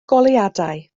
goleuadau